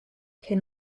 can